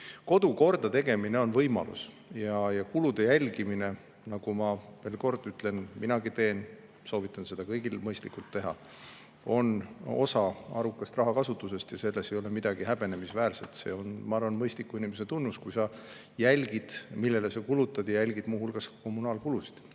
Kodu kordategemine on võimalus. Kulude jälgimine, ma veel kord ütlen, nagu minagi teen, soovitan kõigil seda mõistlikult teha, on osa arukast rahakasutusest. Selles ei ole midagi häbenemisväärset. See on, ma arvan, mõistliku inimese tunnus, kui ta jälgib, millele ta kulutab, ja jälgib muu hulgas ka kommunaalkulusid.